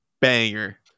Banger